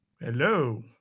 Hello